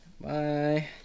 Bye